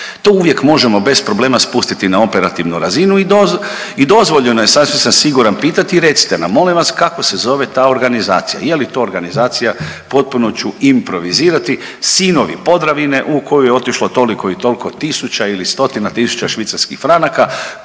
To uvijek možemo bez problema spustiti na operativnu razinu i dozvoljeno je sasvim sam siguran pitati recite nam molim vas kako se zove ta organizacija. Je li to organizacija potpuno ću improvizirati sinovi Podravine u koju je otišlo toliko i toliko tisuća ili stotina tisuća švicarskih franaka,